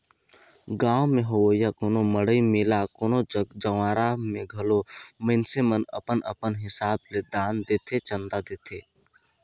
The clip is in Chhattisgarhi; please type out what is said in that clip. गाँव में होवइया कोनो मड़ई मेला कोनो जग जंवारा में घलो मइनसे मन अपन अपन हिसाब ले दान देथे, चंदा देथे